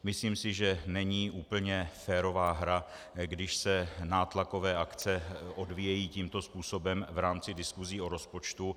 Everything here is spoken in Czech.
Myslím si, že není úplně férová hra, když se nátlakové akce odvíjejí tímto způsobem v rámci diskusí o rozpočtu.